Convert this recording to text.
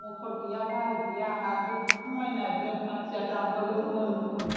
मथर गैया गारि गैया हाद्रि खुफुं लायनाय बेम पार्टिआ दामबोगोन उन उन